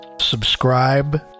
subscribe